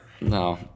No